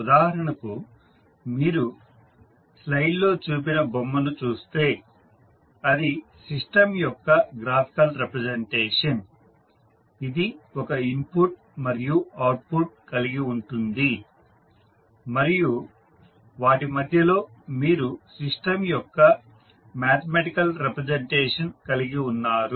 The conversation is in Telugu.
ఉదాహరణకు మీరు స్లైడ్ లో చూపిన బొమ్మను చూస్తే అది సిస్టం యొక్క గ్రాఫికల్ రిప్రజెంటేషన్ ఇది ఒక ఇన్పుట్ మరియు అవుట్పుట్ కలిగి ఉంటుంది మరియు వాటి మధ్యలో మీరు సిస్టం యొక్క మ్యాథమెటికల్ రిప్రజెంటేషన్ కలిగి ఉన్నారు